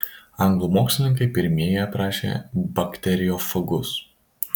anglų mokslininkai pirmieji aprašė bakteriofagus